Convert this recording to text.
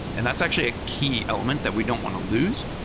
and that's actually a key element that we don't want to lose,